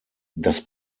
das